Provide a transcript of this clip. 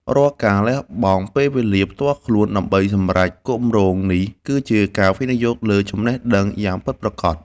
រាល់ការលះបង់ពេលវេលាផ្ទាល់ខ្លួនដើម្បីសម្រេចគម្រោងនេះគឺជាការវិនិយោគលើចំណេះដឹងយ៉ាងពិតប្រាកដ។